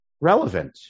relevant